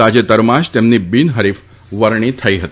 તાજેતરમાં જ તેમની બિનહરીફ વરણી થઇ હતી